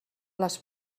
les